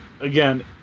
again